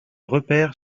repère